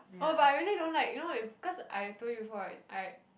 oh but I really don't like you know if cause I told you before right I